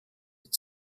mit